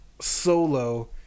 solo